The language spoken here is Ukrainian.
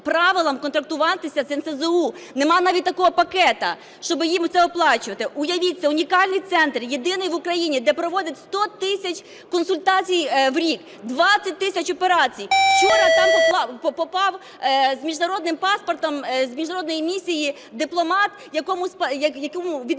правилам контрактуватися з НСЗУ. Нема навіть такого пакета, щоб їм це оплачувати. Уявіть, це унікальний центр, єдиний в Україні, де проводиться 100 тисяч консультацій в рік, 20 тисяч операцій. Вчора там попав з міжнародним паспортом, з міжнародної місії дипломат, якому відмовили